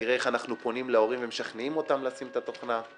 נראה איך אנחנו פונים להורים ומשכנעים לשים את התוכנה,